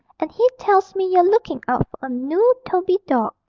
and he tells me you're looking out for a noo toby dawg.